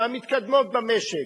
מהמתקדמות במשק,